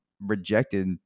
rejected